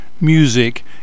music